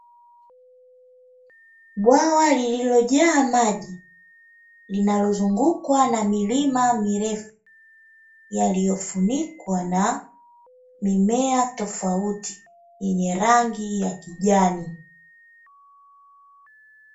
Bwawa lililojaa maji linalozungukwa na milima mirefu yaliyofunikwa na mimea tofauti yenye rangi ya kijani.